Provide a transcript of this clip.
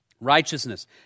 Righteousness